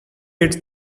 heads